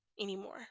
anymore